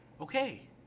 Okay